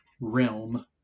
realm